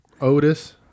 Otis